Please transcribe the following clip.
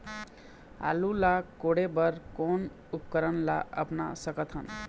आलू ला कोड़े बर कोन उपकरण ला अपना सकथन?